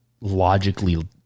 logically